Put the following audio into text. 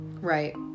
Right